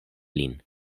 lin